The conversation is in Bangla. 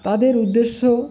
তাদের উদ্দেশ্য